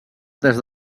des